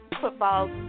football